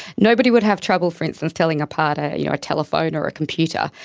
nobody would have trouble, for instance, telling apart ah you know a telephone or a computer.